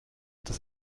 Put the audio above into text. das